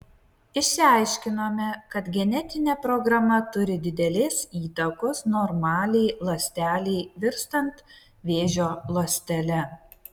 išsiaiškinome kad genetinė programa turi didelės įtakos normaliai ląstelei virstant vėžio ląstele